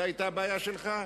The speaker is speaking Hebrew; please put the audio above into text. זאת היתה הבעיה שלך?